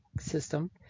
system